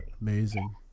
Amazing